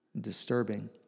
disturbing